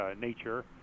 nature